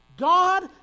God